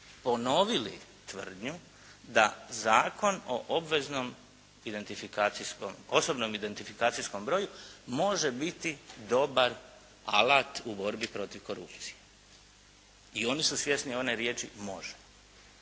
ponovili tvrdnju da Zakon o osobnom identifikacijskom broju može biti dobar alat u borbi protiv korupcije. I oni su svjesni one riječi "može".